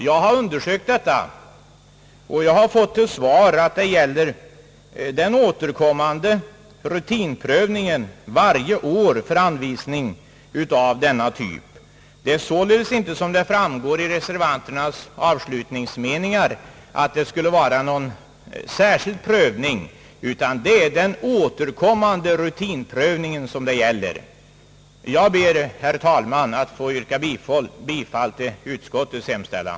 Jag har undersökt detta och jag har fått till svar, att det här gäller den varje år återkommande rutinprövningen för anvisningar av denna typ. Det är således inte här — som framgår av de avslutande meningarna i reservationen — fråga om någon särskild prövning utan endast om den varje år återkommande rutinprövningen. Jag ber, herr talman, att få yrka biball till utskottets hemställan.